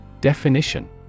Definition